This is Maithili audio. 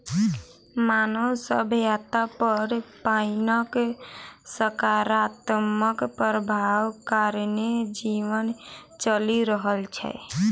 मानव सभ्यता पर पाइनक सकारात्मक प्रभाव कारणेँ जीवन चलि रहल छै